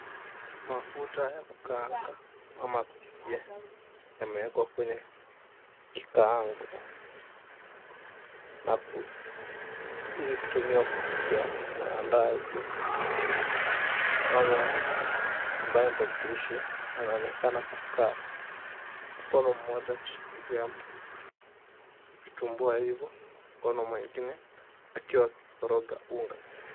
Mafuta ya kukaanga ama kupikia yameekwa kwenye kikaango ili kutumiwa kupikia maandazi, mama ambae ndo mpishi anaonekana kukaa mkono mmoja akishikilia vitumbua hivyo mkono mwingine akiwa akikoroga unga.